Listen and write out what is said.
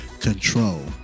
control